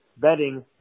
betting